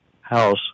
house